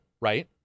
right